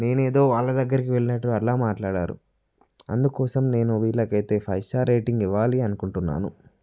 నేనేదో వాళ్ళదగ్గరికి వెళ్ళినట్టు అలా మాట్లాడారు అందుకోసం నేను వీళ్ళకైతే ఫైవ్ స్టార్ రేటింగ్ ఇవ్వాలి అనుకుంటున్నాను